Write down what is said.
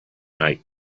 night